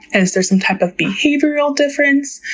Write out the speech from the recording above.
and is there some type of behavioral difference?